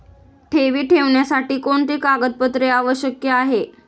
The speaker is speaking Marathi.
ठेवी ठेवण्यासाठी कोणते कागदपत्रे आवश्यक आहे?